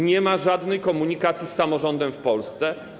Nie ma żadnej komunikacji z samorządem w Polsce.